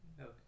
Okay